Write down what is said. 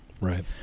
Right